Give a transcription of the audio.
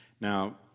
Now